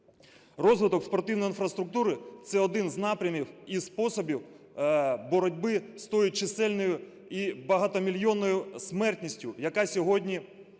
Розвиток спортивної інфраструктури – це один з напрямів і способів боротьби з тою чисельною і багатомільйонною смертністю, яка сьогодні